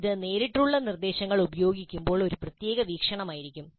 അത് നേരിട്ടുള്ള നിർദ്ദേശങ്ങൾ ഉപയോഗിക്കുമ്പോൾ ഒരു പ്രത്യേക വീക്ഷണമായിരിക്കും